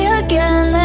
again